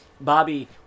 Bobby